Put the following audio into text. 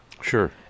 Sure